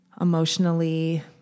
emotionally